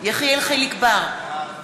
יחיאל חיליק בר,